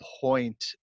point